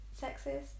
sexist